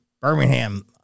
Birmingham